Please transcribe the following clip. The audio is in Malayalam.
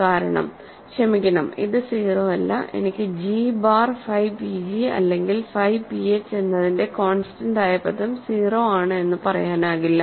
കാരണം ക്ഷമിക്കണം ഇത് 0 അല്ല എനിക്ക് g ബാർ ഫൈ pg അല്ലെങ്കിൽ ഫൈ ph എന്നതിന്റെ കോൺസ്റ്റന്റ് ആയ പദം 0 ആണ് എന്ന് പറയാനാകില്ല